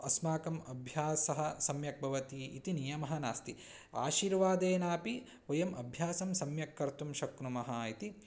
अस्माकम् अभ्यासः सम्यक् भवति इति नियमः नास्ति आशीर्वादेनापि वयम् अभ्यासं सम्यक् कर्तुं शक्नुमः इति